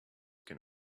can